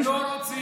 הם לא רוצים.